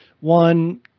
one